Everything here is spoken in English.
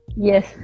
yes